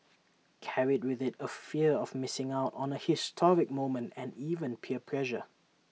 carried with IT A fear of missing out on A historic moment and even peer pressure